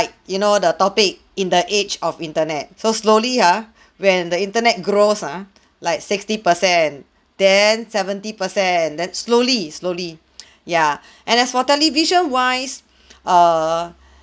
like you know the topic in the age of internet so slowly ah when the internet grows ah like sixty per cent then seventy per cent then slowly slowly yeah and as for television wise err